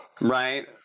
Right